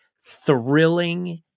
thrilling